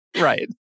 right